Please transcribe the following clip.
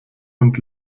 und